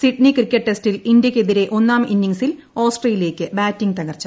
Sydney cricket ടെസ്റ്റിൽ ഇന്ത്യക്കെതിരെ ഒന്നാം ഇന്നിംഗസിൽ ഓസ്ട്രേലിയയ്ക്ക് ബാറ്റിംഗ് തകർച്ചു